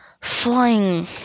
Flying